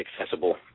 accessible